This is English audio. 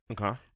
Okay